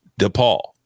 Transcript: DePaul